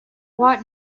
what